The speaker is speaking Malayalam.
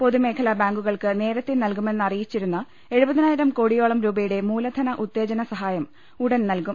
പൊതുമേ ഖലാ ബാങ്കുകൾക്ക് നേരത്തെ നൽകുമെന്നറിയിച്ചിരുന്ന എഴുപതി നായിരം കോടിയോളം രൂപയുടെ ്മൂലധന് ഉത്തേജന സഹായം ഉടൻ നൽകും